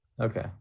Okay